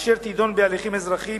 ואשר תדון בהליכים אזרחיים,